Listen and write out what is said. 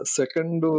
second